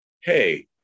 hey